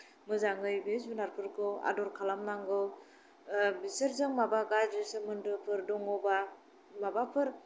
मोजाङै बे जुनारफोरखौ आदर खालामनांगौ बिसोरजों माबा गाज्रि सोमोन्दोफोर दङबा माबाफोर